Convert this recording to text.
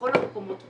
לכל המקומות בארץ.